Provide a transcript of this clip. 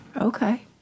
Okay